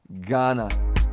Ghana